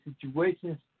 situations